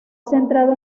centrado